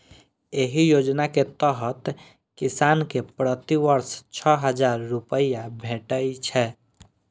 एहि योजना के तहत किसान कें प्रति वर्ष छह हजार रुपैया भेटै छै